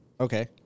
Okay